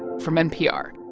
from npr